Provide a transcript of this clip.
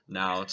now